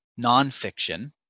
nonfiction